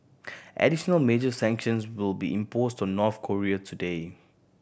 additional major sanctions will be imposed to North Korea today